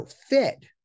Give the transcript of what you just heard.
fit